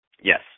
Yes